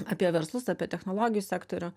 apie verslus apie technologijų sektorių